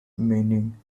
meaning